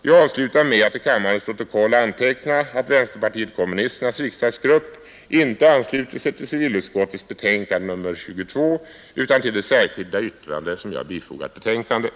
Jag avslutar med att till kammarens protokoll anteckna att vänsterpartiet kommunisternas riksdagsgrupp inte ansluter sig till civilutskottets betänkande nr 22 utan till det särskilda yttrande som jag bifogat betänkandet.